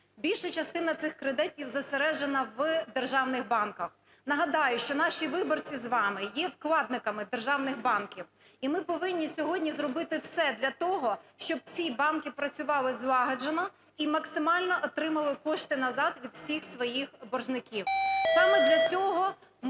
Більша частина цих кредитів зосереджена в державних банках. Нагадаю, що наші виборці з вами є вкладниками державних банків, і ми повинні сьогодні зробити все для того, щоб ці банки працювали злагоджено і максимально отримували кошти назад від всіх своїх боржників.